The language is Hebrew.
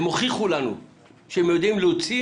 הם הוכיחו לנו שהם יודעים להוציא